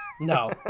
no